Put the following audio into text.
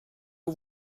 aux